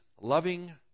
loving